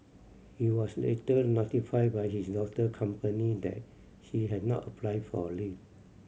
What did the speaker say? he was later notified by his daughter company that she had not applied for leave